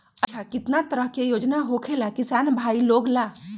अच्छा कितना तरह के योजना होखेला किसान भाई लोग ला?